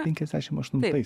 penkiasdešim aštuntais